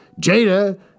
Jada